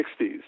1960s